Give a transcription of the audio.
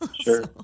Sure